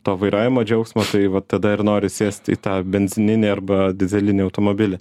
to vairavimo džiaugsmo tai va tada ir nori sėst į tą benzininį arba dyzelinį automobilį